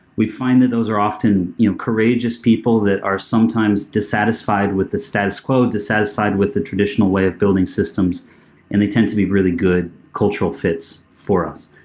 we find that those are often you courageous people that are sometimes dissatisfied with the status quo, dissatisfied with the traditional way of building systems and they tend to be really good cultural fits for us.